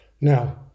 Now